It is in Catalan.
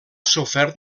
sofert